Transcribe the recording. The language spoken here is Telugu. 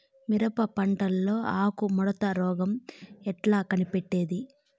మిరప పంటలో ఆకు ముడత రోగం ఎట్లా కనిపెట్టేది?